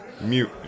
Mute